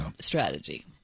strategy